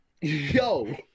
Yo